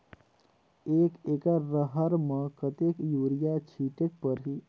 एक एकड रहर म कतेक युरिया छीटेक परही?